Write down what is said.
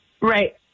Right